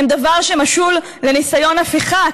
הן דבר שמשול לניסיון הפיכה,